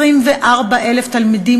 24,000 תלמידים,